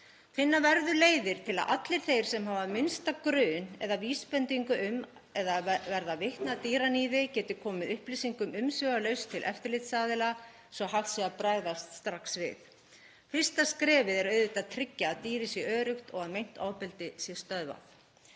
Finna verður leiðir til að allir þeir sem hafa minnsta grun eða vísbendingu um eða verða vitni að dýraníði geti komið upplýsingum umsvifalaust til eftirlitsaðila svo hægt sé að bregðast strax við. Fyrsta skrefið er auðvitað að tryggja að dýrið sé öruggt og að meint ofbeldi sé stöðvað.